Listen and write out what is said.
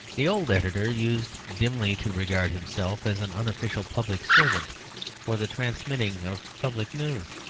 the old editor used dimly to regard himself as an unofficial public servant for the transmitting of public news.